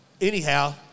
Anyhow